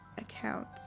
accounts